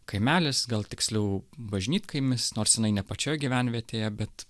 kaimelis gal tiksliau bažnytkaimis nors jinai ne pačioj gyvenvietėje bet